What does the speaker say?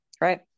Right